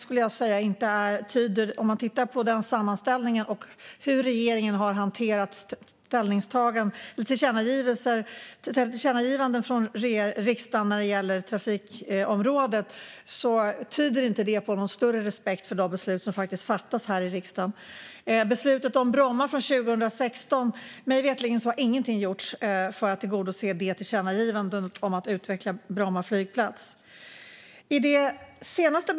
Om man tittar på den sammanställningen och hur regeringen har hanterat tillkännagivanden från riksdagen när det gäller trafikområdet tyder inte det på någon större respekt för de beslut som fattas här i riksdagen. När det gäller beslutet om Bromma från 2016 har mig veterligen ingenting gjorts för att tillgodose det tillkännagivandet om att utveckla Bromma flygplats. Fru talman!